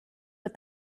but